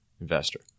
investor